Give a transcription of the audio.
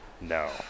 No